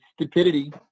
stupidity